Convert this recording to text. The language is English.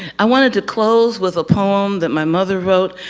i wanted to close with a poem that my mother wrote,